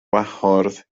gwahodd